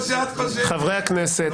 חברי הכנסת.